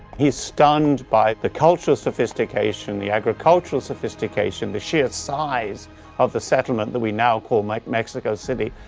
he's stunned by the cultural sophistication, the agricultural sophistication, the sheer size of the settlement that we now call like mexico city.